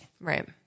Right